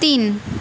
তিন